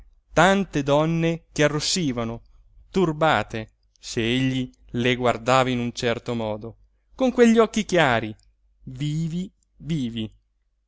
tante donne che arrossivano turbate se egli le guardava in un certo modo con quegli occhi chiari vivi vivi